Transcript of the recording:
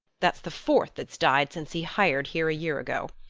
that's the fourth that's died since he hired here a year ago.